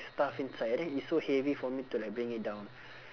stuff inside and then it's so heavy for me to like bring it down